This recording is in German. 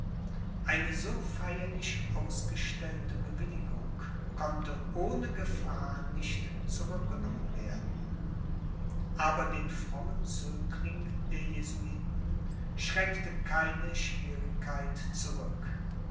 eine so feierlich ausgestellte bewilligung konnte ohne gefahr nicht zurückgenommen werden aber den frommen zögling der jesuiten schreckte keine schwierigkeit zurück